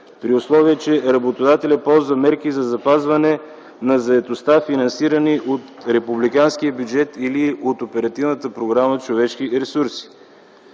при условие че работодателят ползва мерки за запазване на заетостта, финансирани от републиканския бюджет или от Оперативна програма „Човешки ресурси”.